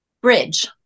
bridge